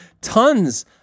tons